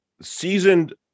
seasoned